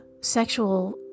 sexual